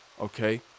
okay